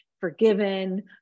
forgiven